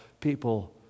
people